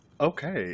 Okay